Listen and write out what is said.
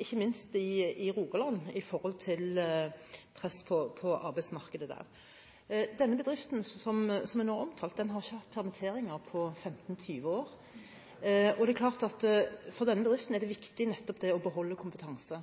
ikke minst i Rogaland når det gjelder press på arbeidsmarkedet der. Den bedriften som nå er omtalt, har ikke hatt permitteringer på 15–20 år, og det er klart at for denne bedriften er det viktig nettopp å beholde kompetanse.